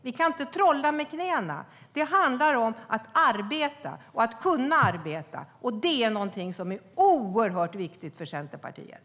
Vi kan inte trolla med knäna. Det handlar om arbete och att kunna arbeta. Det är någonting som är oerhört viktigt för Centerpartiet.